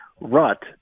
rut